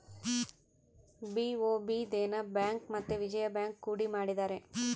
BOB Dena bank ಮತ್ತೆ Vijaya bank ಕೂಡಿ ಮಾಡಿದರೆ